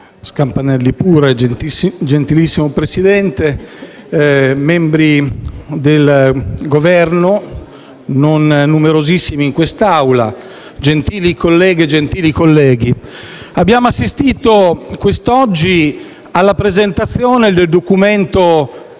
Scampanelli pure, gentilissimo Presidente. Signor Presidente, membri del Governo, non numerosissimi in quest'Aula, gentili colleghi e colleghe, abbiamo assistito quest'oggi alla presentazione del Documento